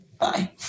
Bye